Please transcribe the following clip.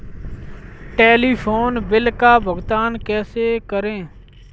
Telephone bill का भुगतान कैसे करें?